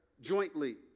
jointly